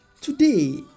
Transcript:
Today